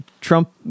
Trump